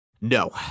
No